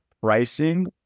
pricing